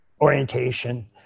orientation